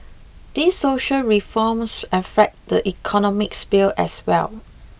these social reforms affect the economic sphere as well